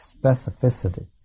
specificity